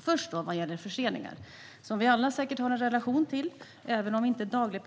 Först gäller det förseningar, som vi alla säkert har en relation till även om vi inte pendlar dagligen.